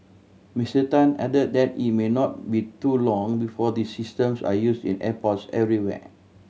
Mister Tan added that it may not be too long before these systems are use in airports everywhere